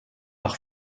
par